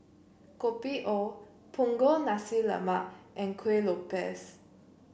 Kopi O Punggol Nasi Lemak and Kuih Lopes